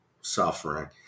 suffering